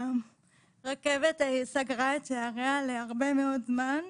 הרכבת סגרה את שעריה להרבה מאוד זמן.